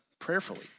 prayerfully